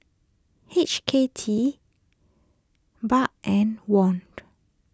H K D Baht and Won